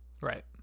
right